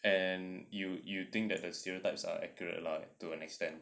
and you you think that the stereotypes are accurate lah to an extent